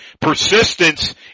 Persistence